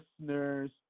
listeners